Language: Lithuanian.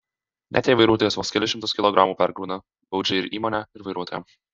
net jei vairuotojas vos kelis šimtus kilogramų perkrauna baudžia ir įmonę ir vairuotoją